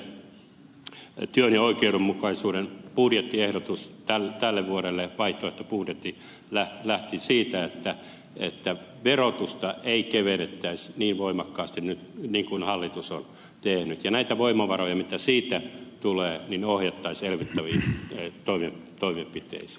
sosialidemokraattien työn ja oikeudenmukaisuuden budjettiehdotus tälle vuodelle vaihtoehtobudjetti lähti siitä että verotusta ei kevennettäisi niin voimakkaasti nyt niin kuin hallitus on tehnyt ja näitä voimavaroja mitä siitä tulee ohjattaisiin elvyttäviin toimenpiteisiin